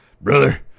Brother